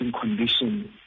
condition